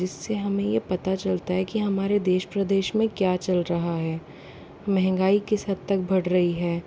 जिससे हमें यह पता चलता है कि हमारे देश प्रदेश में क्या चल रहा है महंगाई किस हद तक बढ़ रही है